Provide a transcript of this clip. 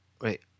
Wait